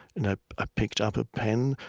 and i i picked up a pen,